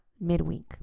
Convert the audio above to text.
midweek